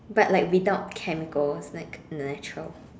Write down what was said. but like without chemicals like natural